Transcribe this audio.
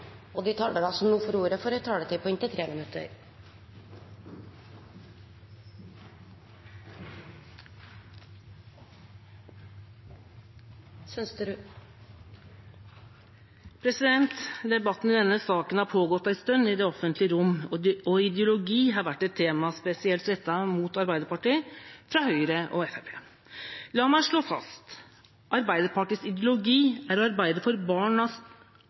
De talere som heretter får ordet, har en taletid på inntil 3 minutter. Debatten i denne saken har pågått en stund i det offentlige rom. Ideologi har vært et tema, spesielt rettet mot Arbeiderpartiet fra Høyre og Fremskrittspartiet. La meg slå fast: Arbeiderpartiets ideologi er å arbeide for